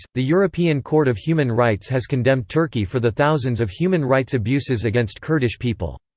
the european court of human rights has condemned turkey for the thousands of human rights abuses against kurdish people.